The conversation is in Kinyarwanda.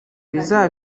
bizaba